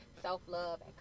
self-love